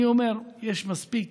אני אומר, מספיק